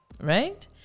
Right